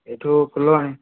ଏଠୁ ଫୁଲବାଣୀ